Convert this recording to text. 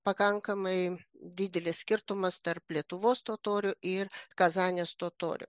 pakankamai didelis skirtumas tarp lietuvos totorių ir kazanės totorių